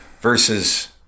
versus